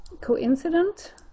coincident